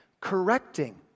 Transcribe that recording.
Correcting